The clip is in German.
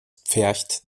pfercht